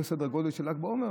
זה לא בסדר גודל של ל"ג בעומר,